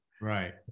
right